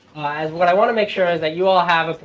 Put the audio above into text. what i want to make sure is that you all have